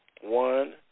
One